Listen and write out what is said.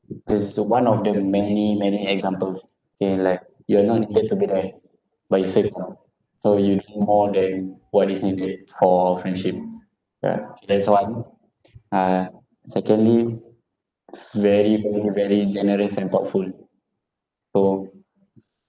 just the one of the many many examples K like you are not needed to be there but you still come so you do more than what is needed for friendship ya that's one uh secondly very very generous and thoughtful so